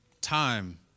time